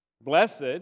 Blessed